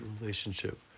relationship